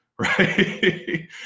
right